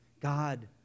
God